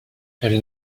elles